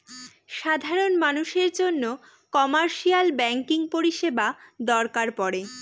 সাধারন মানুষের জন্য কমার্শিয়াল ব্যাঙ্কিং পরিষেবা দরকার পরে